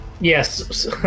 Yes